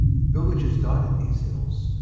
villages dotted these hins.